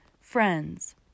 friends